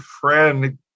friend